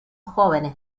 jóvenes